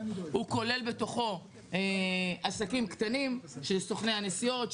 הוא כולל בתוכו עסקים קטנים שזה סוכני הנסיעות,